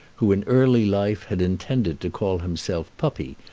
who in early life had intended to call himself puppy,